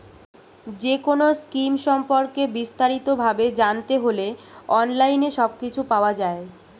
যেকোনো স্কিম সম্পর্কে বিস্তারিত ভাবে জানতে হলে অনলাইনে সবকিছু পাওয়া যায়